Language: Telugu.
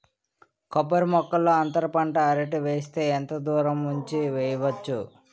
కొబ్బరి మొక్కల్లో అంతర పంట అరటి వేస్తే ఎంత దూరం ఉంచి వెయ్యొచ్చు?